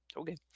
Okay